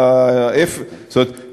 זאת אומרת,